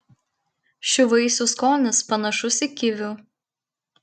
šių vaisių skonis panašus į kivių